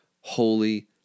holy